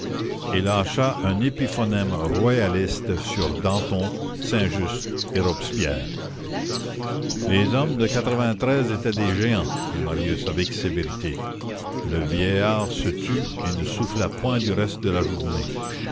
et lâcha un épiphonème royaliste sur danton saint-just et robespierre les hommes de étaient des géants dit marius avec sévérité le vieillard se tut et ne souffla point du reste de la journée